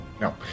No